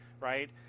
right